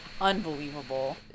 unbelievable